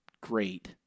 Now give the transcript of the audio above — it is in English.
great